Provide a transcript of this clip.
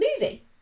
movie